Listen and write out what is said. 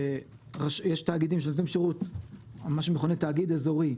יש תאגידים שנותנים שירות או מה שמכונה "תאגיד אזורי",